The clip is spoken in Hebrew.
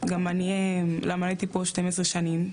גם אני למדתי פה 12 שנים,